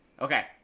Okay